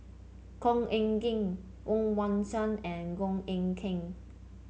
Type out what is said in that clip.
Khor Ean Ghee Woon Wah Siang and Goh Eck Kheng